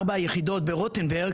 ארבע היחידות ברוטנברג